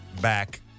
back